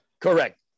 Correct